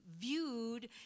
viewed